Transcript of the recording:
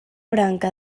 branca